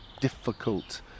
difficult